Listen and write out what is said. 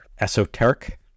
Esoteric